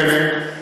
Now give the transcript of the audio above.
נדמה לי,